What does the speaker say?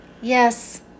Yes